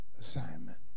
assignment